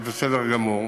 זה בסדר גמור,